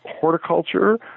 horticulture